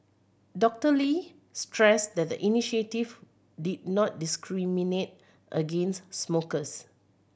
Doctor Lee stressed that the initiative did not discriminate against smokers